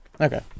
Okay